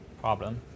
problem